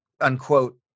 unquote